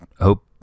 Hope